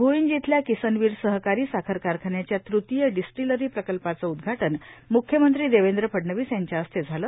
भुईज इथल्या किसन वीर सहकारी साखर कारखान्याच्या तृतीय डिस्टीलरी प्रकल्पाचं उदघाटन म्ख्यमंत्री देवेंद्र फडणवीस यांच्या हस्ते झालं